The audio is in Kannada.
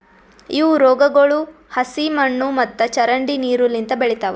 ಇವು ರೋಗಗೊಳ್ ಹಸಿ ಮಣ್ಣು ಮತ್ತ ಚರಂಡಿ ನೀರು ಲಿಂತ್ ಬೆಳಿತಾವ್